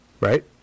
Right